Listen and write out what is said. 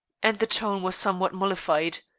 and the tone was somewhat mollified.